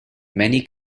many